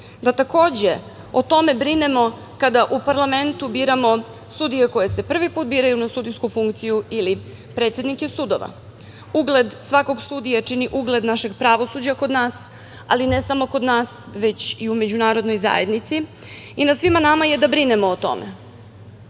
da takođe o tome brinemo kada u parlamentu biramo sudije koji se prvi put biraju na sudijsku funkciju ili predsednike sudova. Ugled svakog sudije čini ugled našeg pravosuđa kod nas, ali ne samo kod nas, već i u međunarodnoj zajednici i na svima nama je da brinemo o tome. Na